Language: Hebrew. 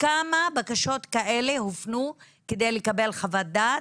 כמה בקשות כאלה הופנו כדי לקבל חוות דעת,